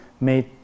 made